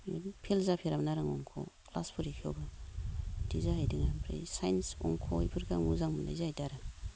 fail जाफेरामोन आरो आङो अंख'आव क्लास फरिखायावबो बिदि जाहैदों ओमफाय साइन्स अंख'बेफोरखो आं मोजां मोननाय जाहैदों आरो